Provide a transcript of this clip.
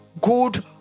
good